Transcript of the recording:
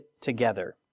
together